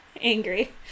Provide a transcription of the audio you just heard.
Angry